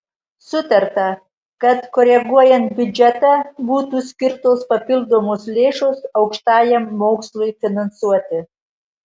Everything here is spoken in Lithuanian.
sutarta kad koreguojant biudžetą būtų skirtos papildomos lėšos aukštajam mokslui finansuoti